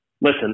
Listen